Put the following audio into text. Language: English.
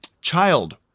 child